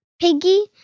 Piggy